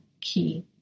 key